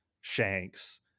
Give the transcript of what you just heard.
Shanks